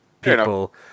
people